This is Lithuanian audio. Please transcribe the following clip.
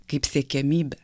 kaip siekiamybę